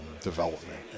development